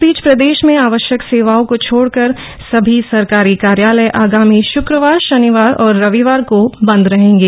इस बीच प्रदेश में आवश्यक सेवाओं को छोड़कर सभी सरकारी कार्यालय आगामी शुक्रवार शनिवार और रविवार को बन्द रहेंगे